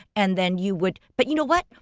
and then you would. but you know what,